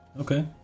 Okay